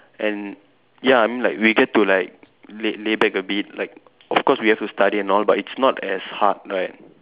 and ya I mean like we get to like lay lay back a bit like of course we have to study and all but it's not as hard right